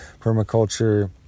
permaculture